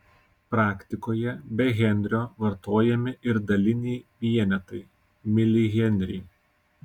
praktikoje be henrio vartojami ir daliniai vienetai milihenriai